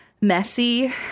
messy